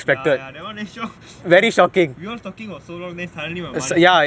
ya ya that [one] damn shock we all talking for so long and then suddenly my mother say